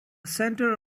center